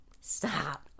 Stop